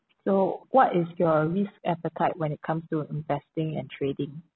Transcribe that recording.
so what is your risk appetite when it comes to investing and trading